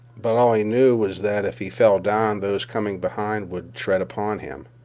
but all he knew was that if he fell down those coming behind would tread upon him.